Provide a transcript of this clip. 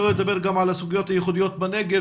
שלא לדבר גם על הסוגיות הייחודיות בנגב